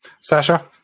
Sasha